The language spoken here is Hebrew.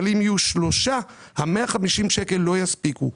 אבל אם יהיו שלושה ה-150 שקלים לא יספיקו.